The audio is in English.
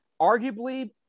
arguably